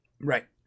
Right